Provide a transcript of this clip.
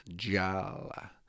Jala